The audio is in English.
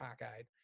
cockeyed